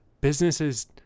businesses